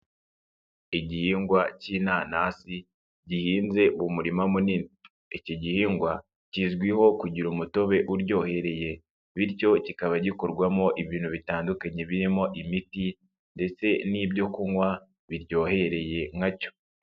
Igihingwa cy'inanasi gihinze umurima munini, iki gihingwa kizwiho kugira umutobe uryohereye, bityo kikaba gikorwamo ibintu bitandukanye birimo imiti ndetse n'ibyo kunywa biryohereye nka cyo.